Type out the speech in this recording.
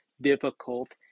difficult